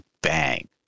bang